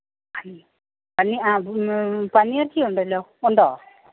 പന്നി ആ പന്നി ഇറച്ചി ഉണ്ടല്ലോ ഉണ്ടോ